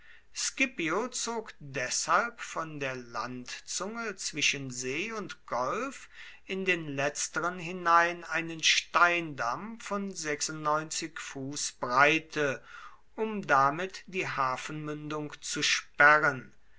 scipio zog deshalb von der landzunge zwischen see und golf in den letzteren hinein einen steindamm von fuß breite um damit die hafenmündung zu sperren